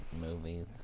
Movies